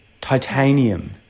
Titanium